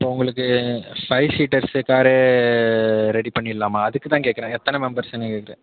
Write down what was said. இப்போ உங்களுக்கு five seaters car ready பண்ணிரலாமா அதுக்கு தான் கேட்குறேன் எத்தனை மெம்பர்ஸ்ஸுன்னு கேட்குறேன்